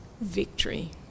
victory